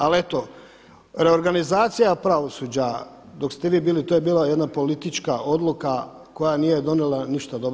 Ali eto, reorganizacija pravosuđa dok ste vi bili, to je bila jedna politička odluka koja nije donijela ništa dobro.